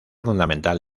fundamental